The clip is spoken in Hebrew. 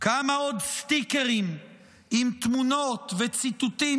כמה עוד סטיקרים עם תמונות וציטוטים